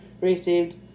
received